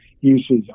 uses